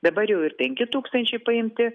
dabar jau ir penki tūkstančiai paimti